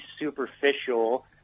superficial